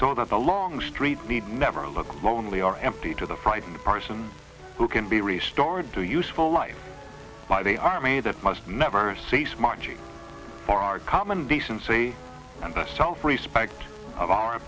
so that the long street need never look lonely or empty to the frightened person who can be restored to useful life by the army that must never cease marching for our common decency and the self respect of our